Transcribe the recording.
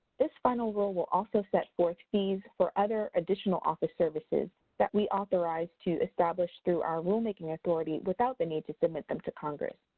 this final rule will also set forth fees for other additional office services that we authorize to establish through our rule-making authority without the need to submit them to congress.